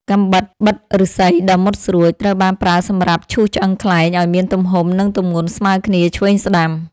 កាំបិតបិតឫស្សីដ៏មុតស្រួច ត្រូវបានប្រើសម្រាប់ឈូសឆ្អឹងខ្លែងឱ្យមានទំហំ និងទម្ងន់ស្មើគ្នាឆ្វេងស្ដាំ។